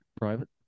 private